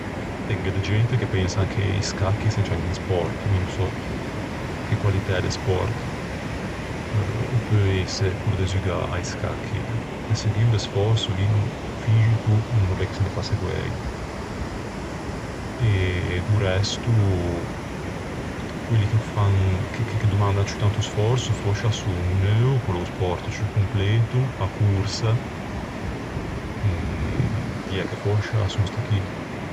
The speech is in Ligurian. Gh'é de gente che pensan che i scacchi seggian un spòrt. Mi no sò che qualitæ de spòrt o peu ëse quello de zugâ a-i scacchi. De seguo de sfòrso, lì, fixico, no l'é che se ne fasse guæi. E do resto, quelli che fan, che-che domandan ciù tanto sfòrso fòscia son o neuo, ch'o l'é o spòrt ciù completo, a corsa, e diæ che fòscia son sti chì.